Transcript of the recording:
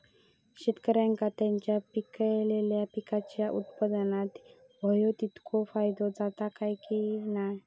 शेतकऱ्यांका त्यांचा पिकयलेल्या पीकांच्या उत्पन्नार होयो तितको फायदो जाता काय की नाय?